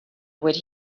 would